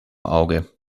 auge